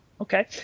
Okay